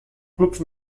clubs